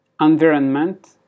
environment